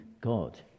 God